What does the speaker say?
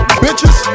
bitches